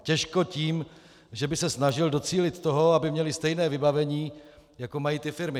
Těžko tím, že by se snažil docílit toho, aby měly stejné vybavení, jako mají firmy.